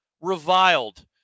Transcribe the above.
reviled